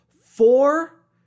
Four